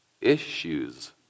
issues